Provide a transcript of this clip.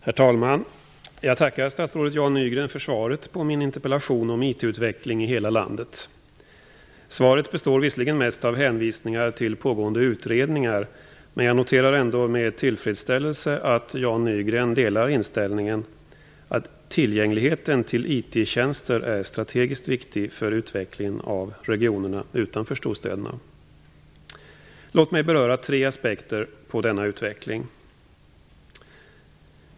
Herr talman! Jag tackar statsrådet Jan Nygren för svaret på min interpellation om IT-utveckling i hela landet. Svaret består visserligen mest av hänvisningar till pågående utredningar, men jag noterar ändå med tillfredsställelse att Jan Nygren delar inställningen att tillgängligheten till IT-tjänster är strategiskt viktig för utvecklingen av regionerna utanför storstäderna. Låt mig beröra tre aspekter på denna utveckling.